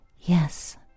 Yes